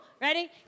ready